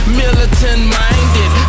militant-minded